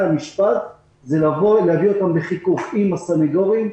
המשפט זה להביא אותם לחיכוך עם הסנגורים,